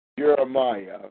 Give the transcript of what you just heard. Jeremiah